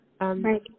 Right